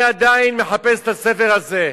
600. אני עדיין מחפש את הספר הזה,